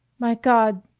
my god!